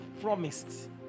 promised